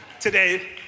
today